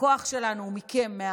שהכוח שלנו הוא מכם,